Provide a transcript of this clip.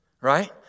Right